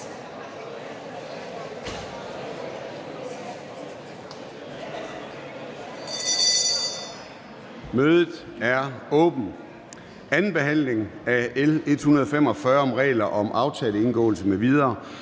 Mødet er åbnet. 2. behandling af L 145 om regler om aftaleindgåelse m.v.